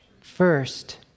first